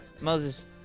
Moses